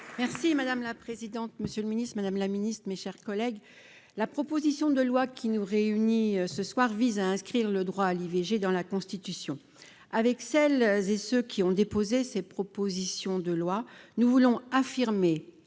Merci madame la présidente, monsieur le Ministre, Madame la Ministre, mes chers collègues, la proposition de loi qui nous réunit, ce soir, vise à inscrire le droit à l'IVG dans la Constitution avec celles et ceux qui ont déposé ses propositions de loi, nous voulons affirmer